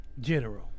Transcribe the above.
General